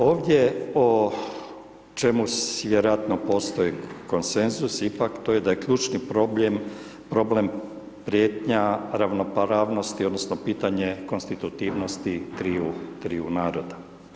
Ovdje o čemu vjerojatno postoji konsenzus ipak to je da je ključni problem prijetnja ravnopravnosti odnosno pitanje konstitutivnost triju, triju naroda.